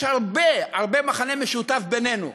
יש מכנה משותף גדול בינינו,